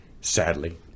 Sadly